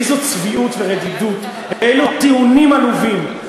איזו צביעות ורדידות, אילו טיעונים עלובים.